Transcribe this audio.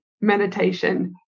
meditation